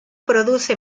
produce